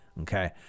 okay